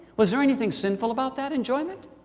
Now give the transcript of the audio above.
was there anything sinful about that enjoyment?